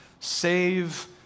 save